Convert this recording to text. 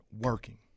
working